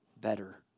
better